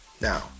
Now